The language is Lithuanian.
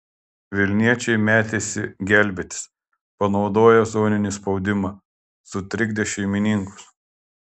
vilniečiai metėsi gelbėtis panaudoję zoninį spaudimą sutrikdė šeimininkus